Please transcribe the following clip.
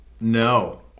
No